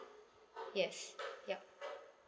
yes yup